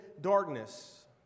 darkness